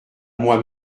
moi